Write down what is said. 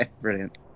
Brilliant